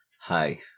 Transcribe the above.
Hi